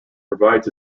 provides